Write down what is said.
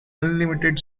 unlimited